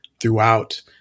throughout